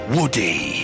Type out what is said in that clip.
Woody